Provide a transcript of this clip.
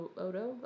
Odo